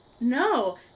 No